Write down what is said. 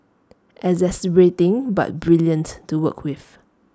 exasperating but brilliant to work with